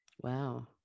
wow